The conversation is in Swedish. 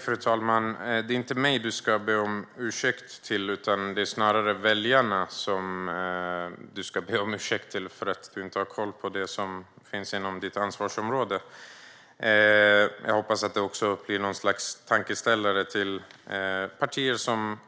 Fru talman! Det är inte mig du ska be om ursäkt, Robert Stenkvist. Det är snarare väljarna du ska be om ursäkt för att du inte har koll på det som finns inom ditt ansvarsområde. Jag hoppas att det blir någon sorts tankeställare för partier som